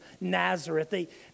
Nazareth